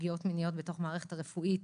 פגיעות מיניות בתוך המערכת הרפואית